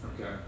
Okay